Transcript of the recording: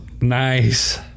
Nice